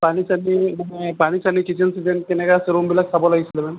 পানী চানী মানে পানী চানী কেনেকা আছে ৰুমবিলাক চাব লাগিছিল মেম